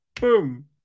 boom